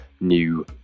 new